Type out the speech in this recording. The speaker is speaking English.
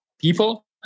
people